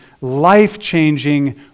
life-changing